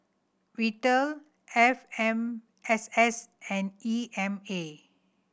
Vital F M S S and E M A